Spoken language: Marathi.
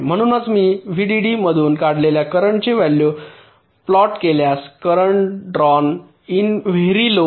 म्हणूनच मी व्हीडीडीमधून काढलेल्या करेन्ट ची व्हॅल्यू प्लॉट केल्यास currents drawn in very low